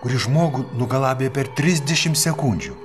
kuri žmogų nugalabija per trisdešim sekundžių